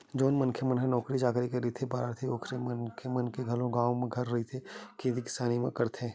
जउन मनखे मन ह नौकरी चाकरी म रहिके बाहिर रहिथे आखरी म ओ मनखे मन ह घलो अपन गाँव घर म रहिके खेती किसानी के काम ल करथे